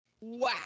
wow